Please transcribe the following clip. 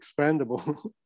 expandable